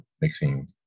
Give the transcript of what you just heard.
mixing